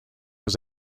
was